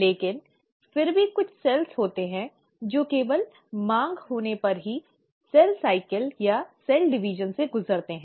लेकिन फिर भी कुछ कोशिकाएँ होती हैं जो केवल मांग होने पर ही सेल साइकिल या कोशिका विभाजन से गुजरती हैं